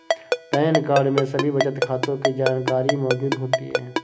pan card में सभी बचत खातों की जानकारी मौजूद होती है